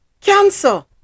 cancer